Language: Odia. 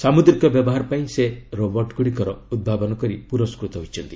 ସାମୁଦ୍ରିକ ବ୍ୟବହାର ପାଇଁ ସେ ରୋବର୍ଟ ଗୁଡ଼ିକର ଉଭାବନ କରି ପୁରସ୍କୃତ ହୋଇଛନ୍ତି